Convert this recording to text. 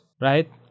right